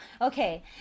Okay